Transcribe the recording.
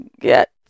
get